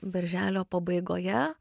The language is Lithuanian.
birželio pabaigoje